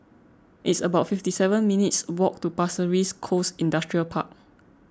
it's about fifty seven minutes' walk to Pasir Ris Coast Industrial Park